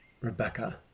Rebecca